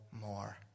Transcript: more